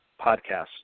podcasts